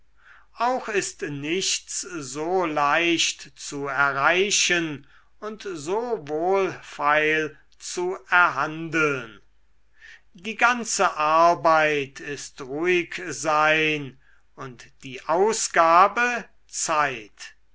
auch ist nichts so leicht zu erreichen und so wohlfeil zu erhandeln die ganze arbeit ist ruhigsein und die ausgabe zeit